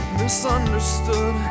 misunderstood